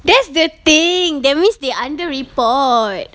that's the thing that means they under report